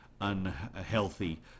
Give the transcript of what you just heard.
unhealthy